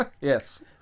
Yes